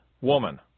woman